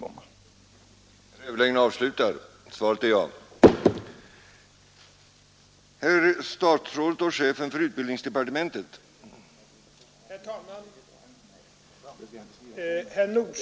skolor och på offentliga platser